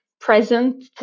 present